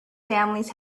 families